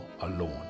alone